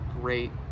great